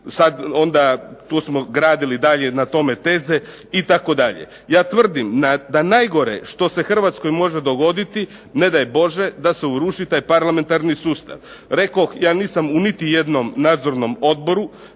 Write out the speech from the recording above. onda tu smo gradili dalje na tome teze itd. Ja tvrdim da najgore što se Hrvatskoj može dogoditi, ne daj Bože, da se uruši taj parlamentarni sustav. Rekoh, ja nisam u niti jednom nadzornom odboru